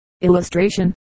Illustration